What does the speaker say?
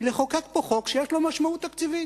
לחוקק פה חוק שיש לו משמעות תקציבית.